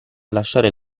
lasciare